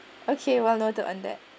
okay well noted on that